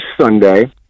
Sunday